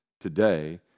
today